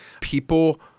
people